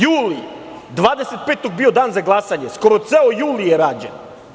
Juli, 25. je bio dan za glasanje, skoro ceo juli je rađen.